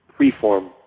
preform